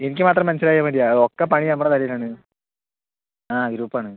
എനിക്ക് മാത്രം മനസ്സിലായാൽ മതിയോ ഒക്കെ പണി നമ്മുടെ തലയിലാണ് ആ ഗ്രൂപ്പാണ്